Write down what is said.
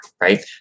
right